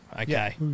Okay